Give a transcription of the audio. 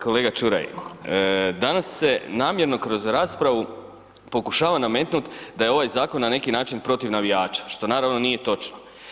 Kolega Čuraj, danas se namjerno kroz raspravu pokušava nametnut da je ovaj zakon na neki način protiv navijača, što naravno nije točno.